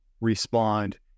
respond